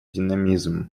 динамизм